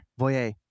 Voyeur